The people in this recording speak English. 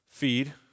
Feed